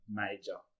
major